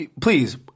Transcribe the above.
please